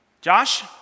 Josh